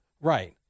Right